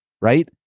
right